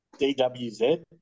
DWZ